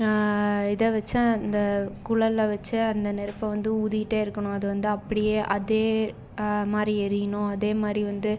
இதை வச்சு அந்த குழலை வச்சு அந்த நெருப்பை வந்து ஊதிக்கிட்டே இருக்கணும் அது வந்து அப்படியே அதே மாதிரி எரியணும் அதேமாதிரி வந்து